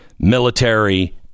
Military